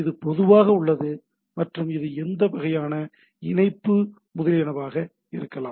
இது பொதுவாக உள்ளது மற்றும் இது எந்த வகையான இணைப்பு முதலியனவாக இருக்கலாம்